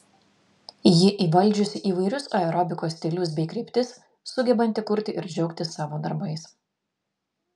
ji įvaldžiusi įvairius aerobikos stilius bei kryptis sugebanti kurti ir džiaugtis savo darbais